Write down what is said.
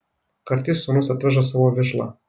kartais sūnus atveža savo vižlą